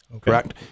Correct